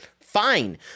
Fine